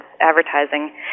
advertising